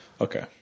Okay